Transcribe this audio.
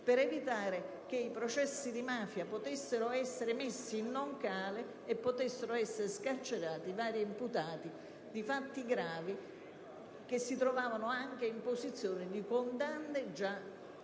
per evitare che i processi di mafia potessero essere messi in non cale e potessero essere scarcerati vari imputati di fatti gravi che si trovavano anche nella fase di condanne già